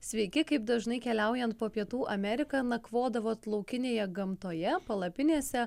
sveiki kaip dažnai keliaujant po pietų ameriką nakvodavot laukinėje gamtoje palapinėse